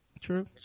true